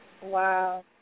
Wow